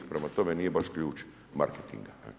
Prema tome, nije baš ključ marketinga.